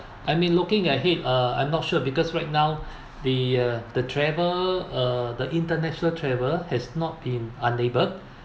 I mean looking ahead uh I'm not sure because right now the uh the travel uh the international travel has not been unable